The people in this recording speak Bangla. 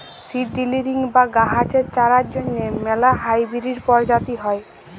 সিড ডিরিলিং বা গাহাচের চারার জ্যনহে ম্যালা হাইবিরিড পরজাতি হ্যয়